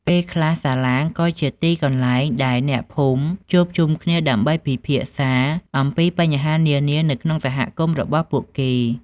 ពេលខ្លះសាឡាងក៏ជាទីកន្លែងដែលអ្នកភូមិជួបជុំគ្នាដើម្បីពិភាក្សាអំពីបញ្ហានានានៅក្នុងសហគមន៍របស់ពួកគេ។